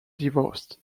divorced